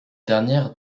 dernières